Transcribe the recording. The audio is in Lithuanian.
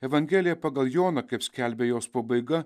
evangelija pagal joną kaip skelbia jos pabaiga